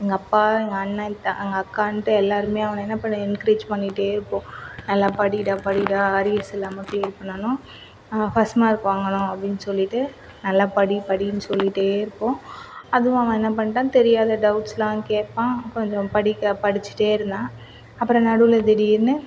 எங்கள் அப்பா எங்கள் அண்ணன் எங்கள் அக்கான்னுட்டு எல்லோருமே அவனை என்ன பண்ணுவோம் என்க்ரேஜ் பண்ணிகிட்டே இருப்போம் நல்லா படிடா படிடா அரியர்ஸ் இல்லாமல் கிளியர் பண்ணனும் ஃபர்ஸ்ட் மார்க் வாங்கணும் அப்படினு சொல்லிகிட்டு நல்லா படி படின்னு சொல்லிகிட்டே இருப்போம் அதுவும் அவன் என்ன பண்ணிட்டான் தெரியாத டவுட்ஸ்ல்லாம் கேட்பான் கொஞ்சம் படிக்க படிச்சிகிட்டே இருந்தான் அப்புறம் நடுவில் திடீர்ன்னு